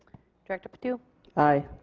director patu aye.